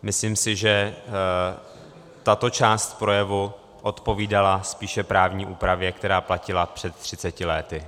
Myslím si, že tato část projevu odpovídala spíše právní úpravě, která platila před třiceti lety.